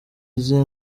izihe